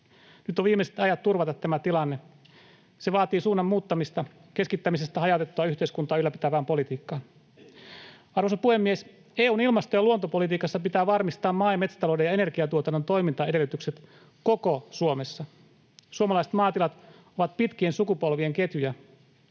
Nyt on viimeiset ajat turvata tämä tilanne. Se vaatii suunnan muuttamista keskittämisestä hajautettua yhteiskuntaa ylläpitävään politiikkaan. Arvoisa puhemies! EU:n ilmasto- ja luontopolitiikassa pitää varmistaa maa- ja metsätalouden ja energiatuotannon toimintaedellytykset koko Suomessa. Suomalaiset maatilat ovat pitkien sukupolvien ketjuja.